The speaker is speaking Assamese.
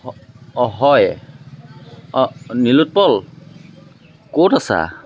অঁ হয় অঁ নীলোৎপল ক'ত আছা